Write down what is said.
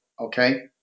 Okay